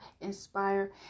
inspire